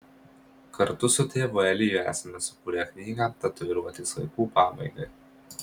kartu su tėvu eliju esame sukūrę knygą tatuiruotės laikų pabaigai